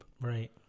Right